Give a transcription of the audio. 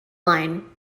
line